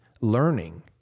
learning